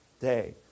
day